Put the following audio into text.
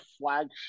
flagship –